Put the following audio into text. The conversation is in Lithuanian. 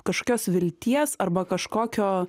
kažkokios vilties arba kažkokio